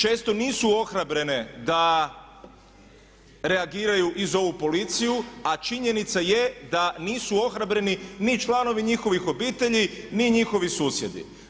Često nisu ohrabrene da reagiraju i zovu policiju a činjenica je da nisu ohrabreni ni članovi njihovih obitelji, ni njihovi susjedi.